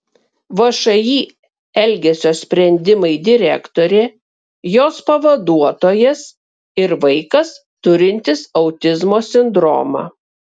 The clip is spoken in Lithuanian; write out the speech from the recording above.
všį elgesio sprendimai direktorė jos pavaduotojas ir vaikas turintis autizmo sindromą